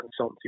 consultancy